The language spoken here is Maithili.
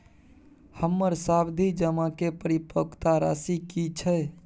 हमर सावधि जमा के परिपक्वता राशि की छै?